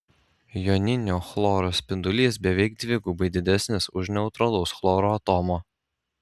joninio chloro spindulys beveik dvigubai didesnis už neutralaus chloro atomo